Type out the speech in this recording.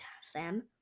Sam